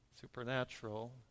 Supernatural